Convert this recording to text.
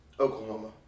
Oklahoma